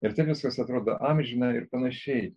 ir taip viskas atrodo amžina ir panašiai